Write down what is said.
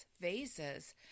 vases